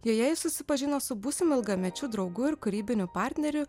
joje jis susipažino su būsimu ilgamečiu draugu ir kūrybiniu partneriu